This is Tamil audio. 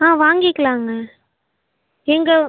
ஆ வாங்கிக்கிலாங்க எங்கள்